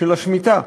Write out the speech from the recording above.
של השמיטה.